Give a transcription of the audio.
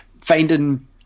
finding